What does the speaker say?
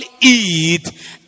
eat